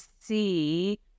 see